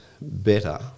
better